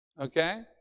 Okay